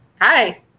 Hi